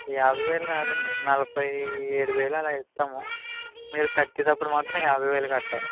యాభైవేలు రాదండి నలభైయేడు వేలు అలా ఇస్తాము మీరు కట్టేటప్పుడు మాత్రం యాభైవేలు కట్టాలి